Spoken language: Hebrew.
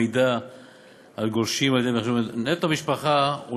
מידע על גולשים באמצעות מחשבון "נטו משפחה".